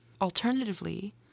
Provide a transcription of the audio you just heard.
Alternatively